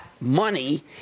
money